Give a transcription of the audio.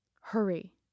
hurry